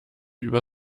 über